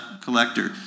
collector